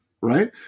Right